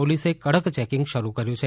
પોલીસે કડક ચેકીંગ શરૂ કર્યું છે